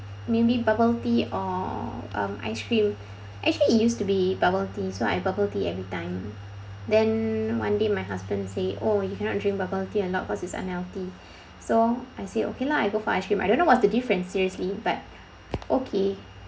maybe bubble tea or um ice cream actually it used to be bubble tea so I bubble tea everytime then one day my husband say oh you cannot drink bubble tea a lot cause it's unhealthy so I say okay lah I go for ice cream I don't know what's the different seriously but okay